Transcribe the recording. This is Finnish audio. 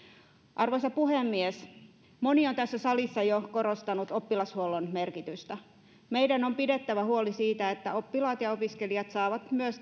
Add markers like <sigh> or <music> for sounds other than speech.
arvoisa puhemies moni on tässä salissa jo korostanut oppilashuollon merkitystä meidän on pidettävä huoli siitä että oppilaat ja opiskelijat saavat myös <unintelligible>